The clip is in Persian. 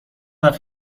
وقت